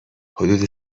حدود